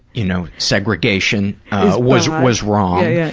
you know, segregation was was wrong, yeah